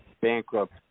Bankrupt